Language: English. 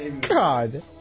God